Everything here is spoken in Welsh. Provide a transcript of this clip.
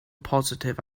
positif